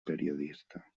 periodista